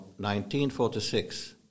1946